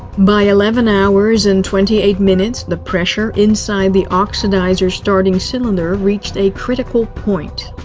by eleven hours and twenty eight minutes, the pressure inside the oxidizer's starting cylinder reached a critical point.